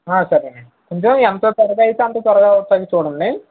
సరేనండి ఇంకా ఎంత త్వరగా అయితే అంత త్వరగా పని చూడండి